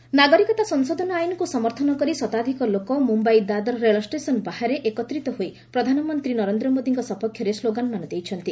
Mumbai CAA rally ନାଗରିକତା ସଂଶୋଧନ ଆଇନକୁ ସମର୍ଥନ କରି ଶତାଧିକ ଲୋକ ମୁମ୍ୟାଇର ଦାଦର ରେଳଷ୍ଟେସନ୍ ବାହାରେ ଏକତ୍ରିତ ହୋଇ ପ୍ରଧାନମନ୍ତ୍ରୀ ନରେନ୍ଦ୍ର ମୋଦିଙ୍କ ସପକ୍ଷରେ ସ୍କୋଗାନମାନ ଦେଇଛନ୍ତି